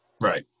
Right